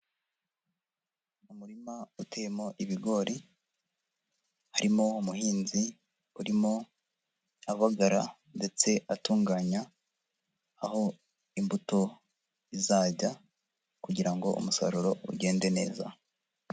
Umurima uteyemo ibigori, harimo umuhinzi urimo abagara ndetse atunganya aho imbuto zizajya, kugira ngo umusaruro ugende neza.